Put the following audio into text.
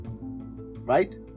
right